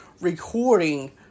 recording